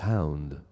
Hound